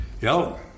Yo